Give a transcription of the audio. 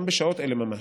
גם בשעות אלה ממש,